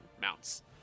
mounts